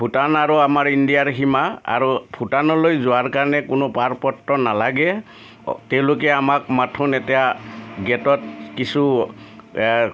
ভূটান আৰু আমাৰ ইণ্ডিয়াৰ সীমা আৰু ভূটানলৈ যোৱাৰ কাৰণে কোনো পাৰপত্ৰ নালাগে তেওঁলোকে আমাক মাথোন এতিয়া গেটত কিছু